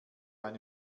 eine